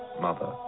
mother